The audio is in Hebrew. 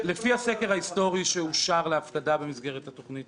לפי הסקר ההיסטורי שאושר להפקדה במסגרת התוכנית